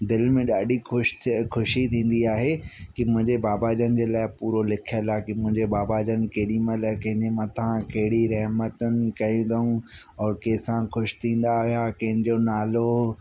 दिलि में ॾाढे ख़ुशि थी खुशी थींदी आहे की मुंहिंजे बाबा जन जे लाइ पूरो लिखियलु आहे की मुंहिंजे बाबा जन केॾी महिल कंहिंजे मथां कहिड़ी रहमतनि कई अथऊं औरि कंहिंसां ख़ुशि थींदा हुआ कंहिंजो नालो